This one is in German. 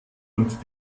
und